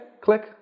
click